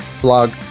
Blog